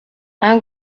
i’m